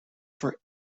for